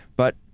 but,